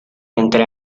entre